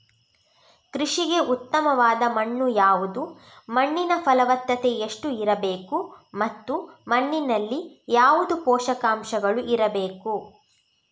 ಕೃಷಿಗೆ ಉತ್ತಮವಾದ ಮಣ್ಣು ಯಾವುದು, ಮಣ್ಣಿನ ಫಲವತ್ತತೆ ಎಷ್ಟು ಇರಬೇಕು ಮತ್ತು ಮಣ್ಣಿನಲ್ಲಿ ಯಾವುದು ಪೋಷಕಾಂಶಗಳು ಇರಬೇಕು?